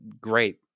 great